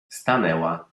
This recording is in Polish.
stanęła